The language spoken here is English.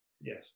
Yes